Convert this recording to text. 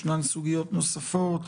ישנן סוגיות נוספות,